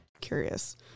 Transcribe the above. Curious